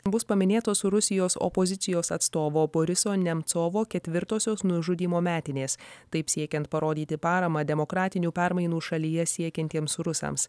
bus paminėtos rusijos opozicijos atstovo boriso nemcovo ketvirtosios nužudymo metinės taip siekiant parodyti paramą demokratinių permainų šalyje siekiantiems rusams